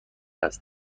است